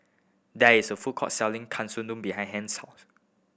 there is a food court selling Katsudon behind Hence